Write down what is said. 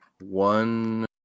one